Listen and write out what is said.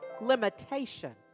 limitation